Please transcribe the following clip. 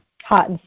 hot